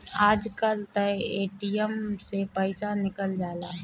आजकल तअ ए.टी.एम से पइसा निकल जाला